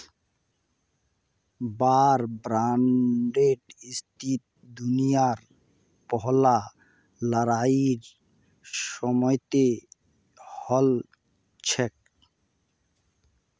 वार बांडेर स्थिति दुनियार पहला लड़ाईर समयेत हल छेक